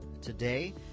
today